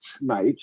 night